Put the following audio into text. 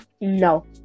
No